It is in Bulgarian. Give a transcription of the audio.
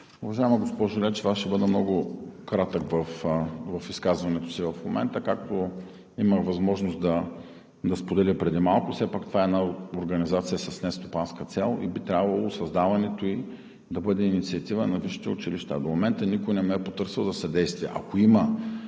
Уважаема госпожо Лечева, ще бъда много кратък в изказването си в момента, както имах възможност да споделя преди малко. Все пак това е една организация с нестопанска цел и би трябвало създаването ѝ да бъде инициатива на висшите училища. До момента никой не ме е потърсил за съдействие. Ако има